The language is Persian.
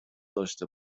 داشته